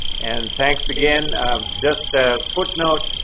and thanks again. just a footnote.